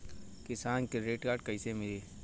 किसान credit card कइसे मिली?